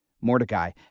Mordecai